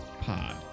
Pod